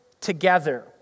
together